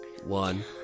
One